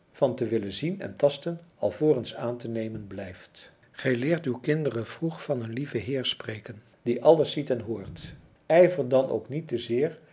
van te willen zien en tasten alvorens aan te nemen blijft gij leert uwe kinderen vroeg van een lieven heer spreken die alles ziet en hoort ijver dan ook niet te zeer